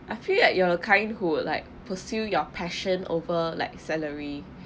I feel like you are the kind who like pursue your passion over like salary